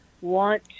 want